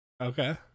Okay